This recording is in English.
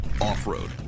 Off-road